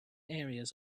areas